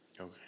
Okay